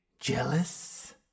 Jealous